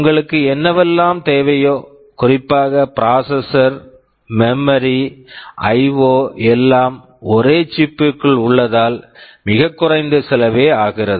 உங்களுக்கு என்னவெல்லாம் தேவையோ குறிப்பாக processor processor memory memory IO IO எல்லாம் ஒரு சிப் chip ற்குள் உள்ளதால் மிகக் குறைந்த செலவே ஆகிறது